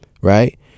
right